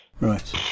Right